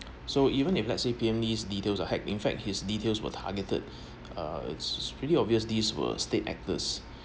so even if let's say P_M lee's details are hacked in fact his details were targeted uh it's pretty obvious these were state actors